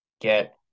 get